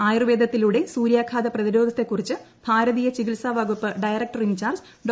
ആയൂർവേദത്തിലൂടെ സൂര്യാഘാത പ്രതിരോധത്തെക്കുറിച്ച് ഭാരതീയ ചികിൽസാവകുപ്പ് ഡയറക്ടർ ഇൻ ചാർജ്ജ് ഡോ